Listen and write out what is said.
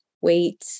wait